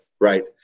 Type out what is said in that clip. right